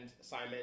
Simon